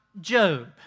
Job